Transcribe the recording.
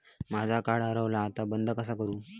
माझा कार्ड हरवला आता बंद कसा करू?